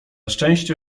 szczęście